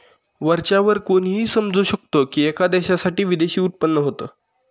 वरच्या वर कोणीही समजू शकतो की, एका देशासाठी विदेशी उत्पन्न होत